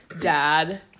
dad